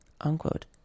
unquote